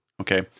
Okay